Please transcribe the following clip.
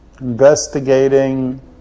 Investigating